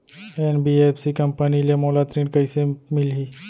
NBFC company ले मोला ऋण कइसे मिलही?